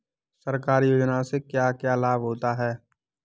सरकारी योजनाओं से क्या क्या लाभ होता है?